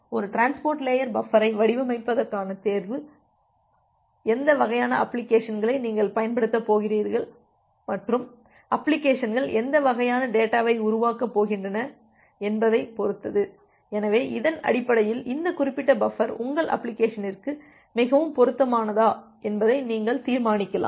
எனவே ஒரு transport layer பஃபரை வடிவமைப்பதற்கான உங்கள் தேர்வு எந்த வகையான அப்ளிகேஷன்களை நீங்கள் பயன்படுத்தப் போகிறீர்கள் மற்றும் அப்ளிகேஷன்கள் எந்த வகையான டேட்டாவை உருவாக்கப் போகின்றன என்பதைப் பொறுத்தது எனவே இதன் அடிப்படையில் இந்த குறிப்பிட்ட பஃபர் உங்கள் அப்ளிகேஷன்ற்கு மிகவும் பொருத்தமானதா என்பதை நீங்கள் தீர்மானிக்கலாம்